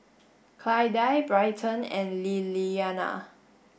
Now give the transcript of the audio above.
Clydie Bryton and Lillianna